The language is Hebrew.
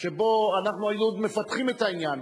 שבו אנחנו היינו עוד מפתחים את העניין,